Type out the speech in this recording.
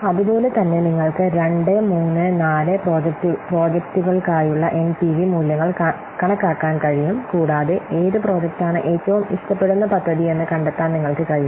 അതുപോലെ തന്നെ നിങ്ങൾക്ക് 2 3 4 പ്രോജക്ടുകൾക്കായുള്ള എൻപിവി മൂല്യങ്ങൾ കണക്കാക്കാൻ കഴിയും കൂടാതെ ഏത് പ്രോജക്റ്റാണ് ഏറ്റവും ഇഷ്ടപ്പെടുന്ന പദ്ധതിയെന്ന് കണ്ടെത്താൻ നിങ്ങൾക്ക് കഴിയും